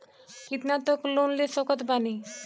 कितना तक लोन ले सकत बानी?